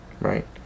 right